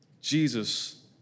Jesus